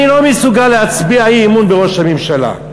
אני לא מסוגל להצביע אי-אמון בראש הממשלה.